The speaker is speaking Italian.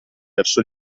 verso